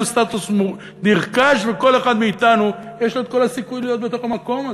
סטטוס נרכש וכל אדם מאתנו יש לו את כל הסיכוי להיות במקום הזה.